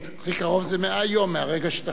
הכי קרוב זה 100 יום מהרגע שתחליטו.